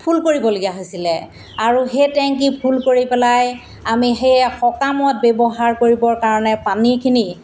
ফুল কৰিবলগীয়া হৈছিলে আৰু সেই টেংকী ফুল কৰি পেলাই আমি সেই সকামত ব্যৱহাৰ কৰিবৰ কাৰণে পানীখিনি